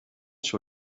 sur